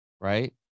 right